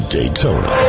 Daytona